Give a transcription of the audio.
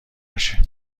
باشه